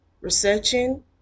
researching